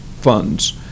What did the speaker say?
funds